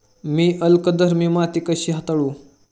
मी अल्कधर्मी माती कशी हाताळू?